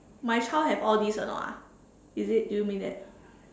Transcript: my child have all this or not ah is it do you mean that